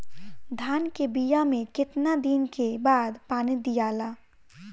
धान के बिया मे कितना दिन के बाद पानी दियाला?